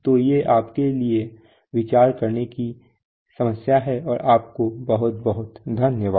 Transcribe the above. तो ये आपके लिए विचार करने की समस्याएं हैं और आपको बहुत बहुत धन्यवाद